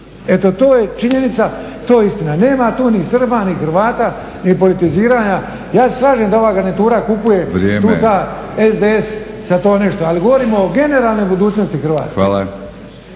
Eto to je činjenica, to je istina. Nema tu ni Srba, ni Hrvata ni politiziranja. Ja se slažem da ova garnitura kupuje … SDSS sada to nešto, ali govorimo o generalnoj budućnosti Hrvatske.